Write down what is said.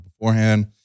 beforehand